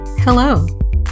Hello